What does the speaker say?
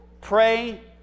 pray